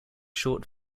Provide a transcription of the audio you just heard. short